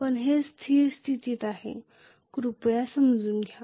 पण हे स्थिर स्थिती आहे कृपया समजून घ्या